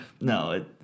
No